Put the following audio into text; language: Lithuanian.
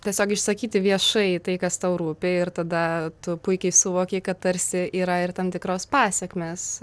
tiesiog išsakyti viešai tai kas tau rūpi ir tada tu puikiai suvoki kad tarsi yra ir tam tikros pasekmės